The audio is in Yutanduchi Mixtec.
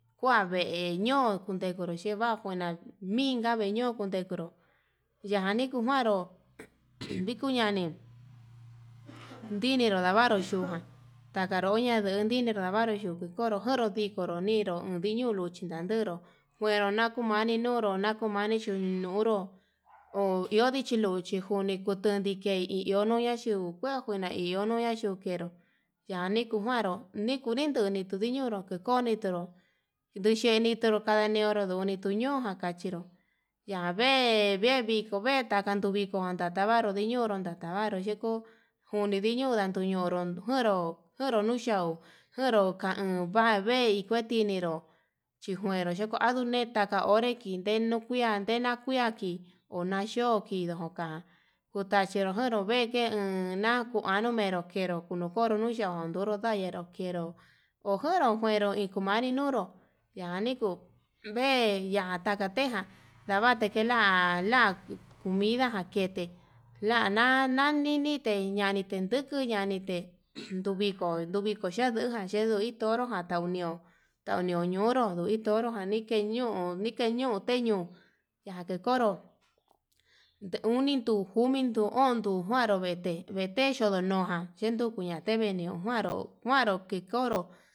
Kuandekeñon kundekuro chivaguna vinka veñon kundekuru, yani kuu njuanru ndikuu ñani ndinido ndavaru yuu tata ñonrado ndavaxu yo'o konró konro nikonro yo'o ndiluu luchi ndankero, kuebi nakuvani nunru nakuvani yuunuru tio lichi luchi nu'uro ho tio lichi luchi njuni ndekute nitei ndi iho, nuu naxhio hua kuana ina iho nuu yandukero yani kuu njuanru niku nindute tundiñoro ko nitero, nduxheniro kadañoni ndo'o nituni kanduchero ya vee vee viko nikoro anduu viko ku navaro niñoro ndavaro chiko kundin tiño nduñoro ñonro kunro nuxhau jonron ta kuan vei vei tiniro xhinjuero atune taka onre kinden, nuu kuia ndenakua kin onayo kindoka kutachero veke emm nakunaro venró kenro kuu nokon nuu yo'ón ndoro nda yenro kenró ojonro kuero inkon nani nuuro yanikuu vee nakatejan, ndavate kela comida nakete lana nalinite ñanite nduku ñanite nduviko nduviko xhia nduu jan xhei toro jan taunio tauño nonro no hi torojan hike ñoo nike ñoo, ndeño yake konro unitukomitu o'on duu njuaru vete, vete yodonojan ndukuña teveñon kuaro kuaru kekoro.